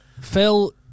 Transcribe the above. Phil